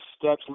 steps